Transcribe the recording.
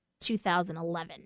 2011